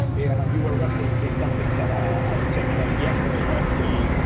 and you were referencing something that ah we just learned yesterday, that we.